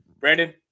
Brandon